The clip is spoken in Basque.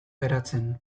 geratzen